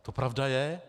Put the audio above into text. To pravda je.